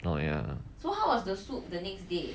oh ya